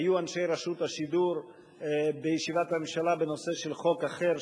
היו אנשי רשות השידור בישיבת הממשלה בנושא של חוק אחר,